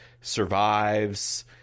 survives